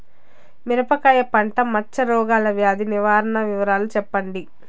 మిరపకాయ పంట మచ్చ రోగాల వ్యాధి నివారణ వివరాలు చెప్పండి?